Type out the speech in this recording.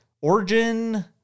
origin